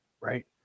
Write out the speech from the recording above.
right